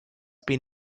been